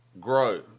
grow